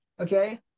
Okay